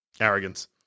Arrogance